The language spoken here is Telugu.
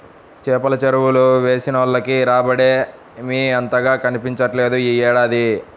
చేపల చెరువులు వేసినోళ్లకి రాబడేమీ అంతగా కనిపించట్లేదు యీ ఏడాది